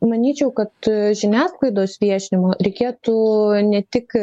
manyčiau kad žiniasklaidos viešinimo reikėtų ne tik